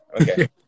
okay